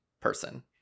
person